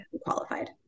qualified